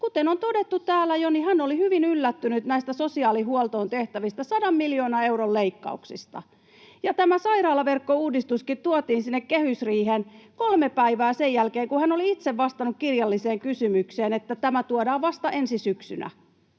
Kuten on todettu täällä jo, hän oli hyvin yllättynyt näistä sosiaalihuoltoon tehtävistä sadan miljoonan euron leikkauksista, ja tämä sairaalaverkkouudistuskin tuotiin sinne kehysriiheen kolme päivää sen jälkeen, kun hän oli itse vastannut kirjalliseen kysymykseen, että tämä tuodaan vasta ensi syksynä.